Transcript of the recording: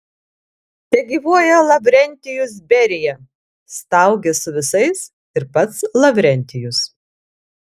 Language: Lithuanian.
tegyvuoja lavrentijus berija staugė su visais ir pats lavrentijus